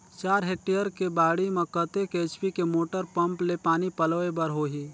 चार हेक्टेयर के बाड़ी म कतेक एच.पी के मोटर पम्म ले पानी पलोय बर होही?